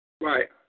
Right